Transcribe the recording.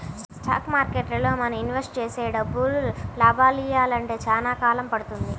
stock మార్కెట్టులో మనం invest చేసే డబ్బులు లాభాలనియ్యాలంటే చానా కాలం పడుతుంది